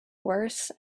worse